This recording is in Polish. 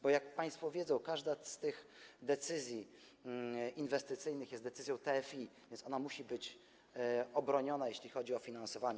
Bo jak państwo wiedzą, każda z tych decyzji inwestycyjnych jest decyzją TFI, więc ona musi być obroniona, jeśli chodzi o finansowanie.